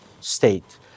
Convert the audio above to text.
state